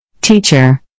Teacher